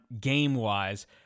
game-wise